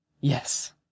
yes